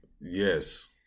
yes